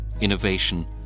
innovation